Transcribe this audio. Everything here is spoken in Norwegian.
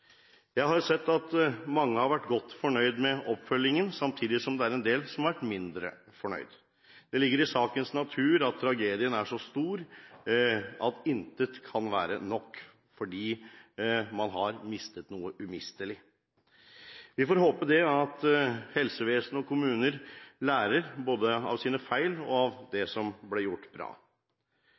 Jeg har sett at mange har vært godt fornøyd med oppfølgingen, samtidig som en del har vært mindre fornøyd. Det ligger i sakens natur at tragedien er så stor at intet kan være nok, fordi man har mistet noe umistelig. Vi får håpe at helsevesenet og kommuner lærer både av sine feil og av det som ble gjort bra.